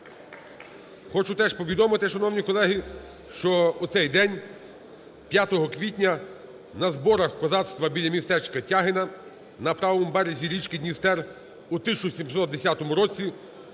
Хочу теж повідомити, шановні колеги, що у цей день 5 квітня на зборах козацтва біля містечка Тягина на правому березі річки Дністер 1710 році